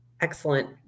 Excellent